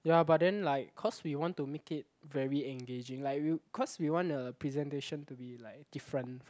ya but then like cause we want to make it very engaging like we cause we want the presentation to be like different